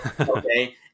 okay